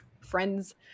friends